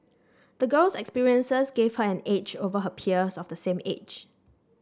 the girl's experiences gave her an edge over her peers of the same age